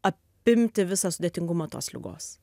apimti visą sudėtingumą tos ligos